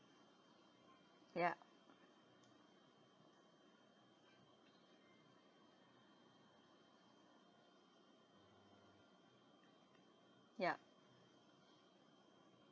ya ya